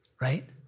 Right